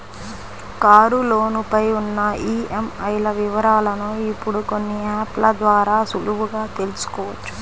కారులోను పై ఉన్న ఈఎంఐల వివరాలను ఇప్పుడు కొన్ని యాప్ ల ద్వారా సులువుగా తెల్సుకోవచ్చు